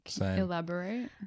Elaborate